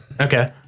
Okay